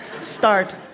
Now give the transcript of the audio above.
start